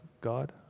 God